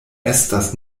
estas